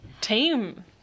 team